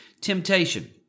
temptation